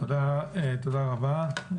תודה רבה.